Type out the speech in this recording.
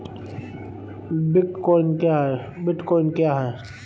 Bitcoin क्या है?